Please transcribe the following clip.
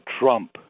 Trump